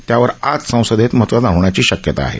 त्यावर आज संसदेत मतदान होण्याची शक्यता आहे